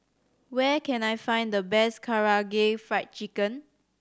where can I find the best Karaage Fried Chicken